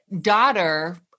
daughter